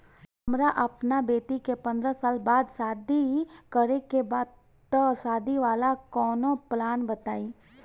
हमरा अपना बेटी के पंद्रह साल बाद शादी करे के बा त शादी वाला कऊनो प्लान बताई?